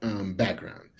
background